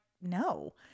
no